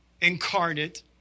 incarnate